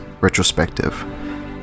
retrospective